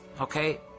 okay